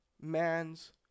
man's